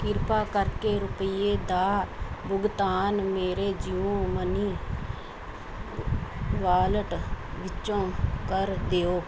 ਕਿਰਪਾ ਕਰਕੇ ਰੁਪੀਏ ਦਾ ਭੁਗਤਾਨ ਮੇਰੇ ਜੀਓ ਮਨੀ ਵਾਲਟ ਵਿੱਚੋਂ ਕਰ ਦਿਓ